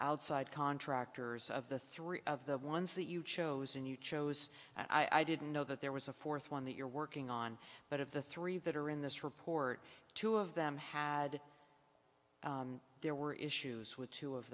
outside contractors of the three of the ones that you chose and you chose i didn't know that there was a fourth one that you're working on but of the three that are in this report two of them had there were issues with two of